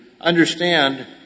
understand